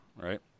right